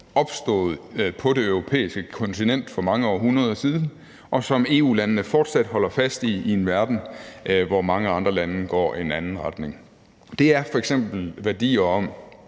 opstået på det europæiske kontinent for mange århundreder siden, og som EU-landene fortsat holder fast i i en verden, hvor mange andre lande går i en anden retning. Det er f.eks. værdier om,